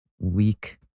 weak